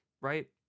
right